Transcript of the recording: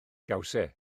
gawsai